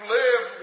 live